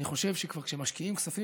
אני חושב שאם כבר משקיעים כספים,